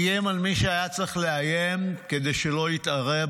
איים על מי שהיה צריך לאיים כדי שלא יתערב,